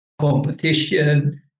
competition